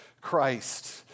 Christ